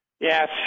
Yes